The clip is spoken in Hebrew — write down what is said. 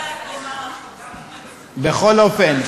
בכל אופן,